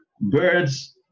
birds